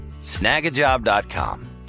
Snagajob.com